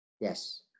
Yes